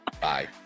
Bye